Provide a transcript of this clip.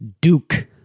Duke